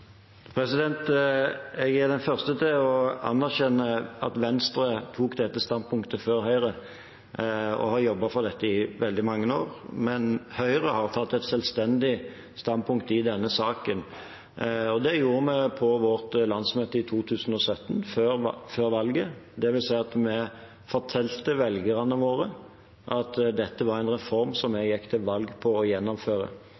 Jeg er den første til å anerkjenne at Venstre tok dette standpunktet før Høyre og har jobbet for dette i veldig mange år. Men Høyre har tatt et selvstendig standpunkt i denne saken. Det gjorde vi på vårt landsmøte i 2017, før valget. Det vil si at vi fortalte velgerne våre at dette var en reform